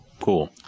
Cool